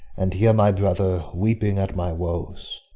and here my brother, weeping at my woes.